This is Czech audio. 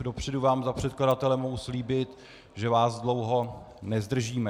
Dopředu vám za předkladatele mohu slíbit, že vás dlouho nezdržíme.